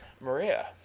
Maria